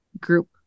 group